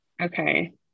Okay